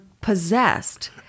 possessed